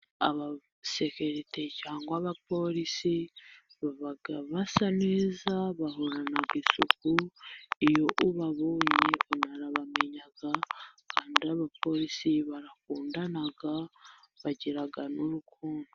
Abasekirite cyangwa se abapolisi baba basa neza bahorana isuku, iyo ubabonye urabamenya, kandi abapolisi barakundana, bagira n'urukundo.